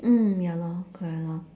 mm ya lor correct lor